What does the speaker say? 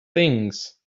things